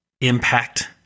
impact